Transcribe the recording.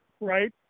right